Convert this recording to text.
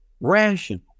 rational